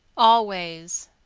always.